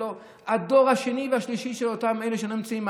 והדור השני והשלישי של אותם אלה שלא נמצאים,